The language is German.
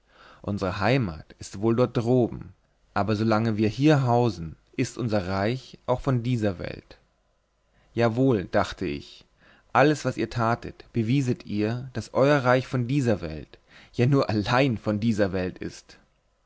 unsere heimat ist wohl dort droben aber solange wir hier hausen ist unser reich auch von dieser welt jawohl dachte ich in allem was ihr tatet bewieset ihr daß euer reich von dieser welt ja nur allein von dieser welt ist